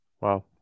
Wow